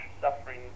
suffering